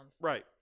Right